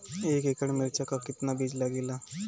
एक एकड़ में मिर्चा का कितना बीज लागेला?